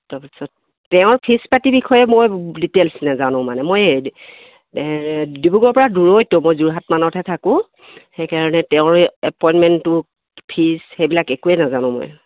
তাৰপিছত তেওঁৰ ফিজ পাতিৰ বিষয়ে মই ডিটেইলছ নাজানো মানে মই ডিব্ৰুগড়ৰৰ পৰা দূৰৈত মই যোৰহাট মানতহে থাকোঁ সেইকাৰণে তেওঁৰ এই এপইণ্টমেণ্টটোৰ ফিজ সেইবিলাক একোৱেই নাজানো মই